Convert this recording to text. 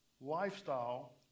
lifestyle